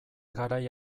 garai